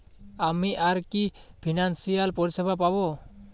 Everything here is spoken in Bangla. আমি আর কি কি ফিনান্সসিয়াল পরিষেবা পাব?